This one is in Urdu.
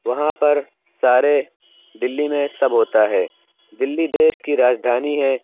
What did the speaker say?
وہاں پر سارے دلی میں سب ہوتا ہے دلی دیش کی راجدھانی ہے